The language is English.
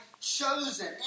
chosen